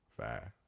Five